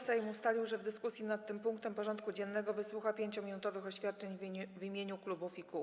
Sejm ustalił, że w dyskusji nad tym punktem porządku dziennego wysłucha 5-minutowych oświadczeń w imieniu klubów i kół.